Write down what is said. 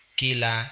kila